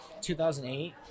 2008